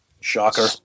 Shocker